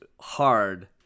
hard